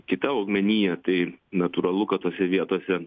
kita augmenija tai natūralu kad tose vietose